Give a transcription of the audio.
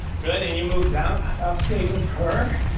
good and you move down, up stage of her.